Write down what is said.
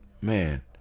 Man